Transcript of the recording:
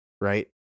Right